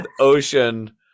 Ocean